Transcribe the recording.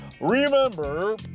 remember